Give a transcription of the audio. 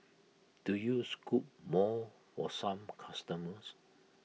do you scoop more for some customers